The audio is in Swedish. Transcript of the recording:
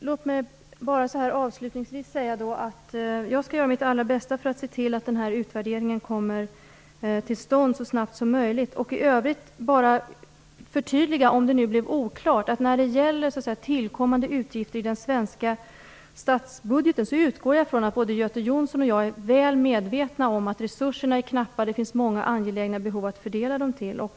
Låt mig avsluta med att säga att jag skall göra mitt allra bästa för att se till att utvärderingen kommer till stånd så snabbt som möjligt. I övrigt vill jag bara förtydliga - om det blev oklart - att när det gäller tillkommande utgifter i den svenska statsbudgeten utgår jag ifrån att både Göte Jonsson och jag är väl medvetna om att resurserna är knappa, och att det finns många angelägna behov att fördela dem på.